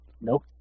nope